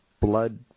blood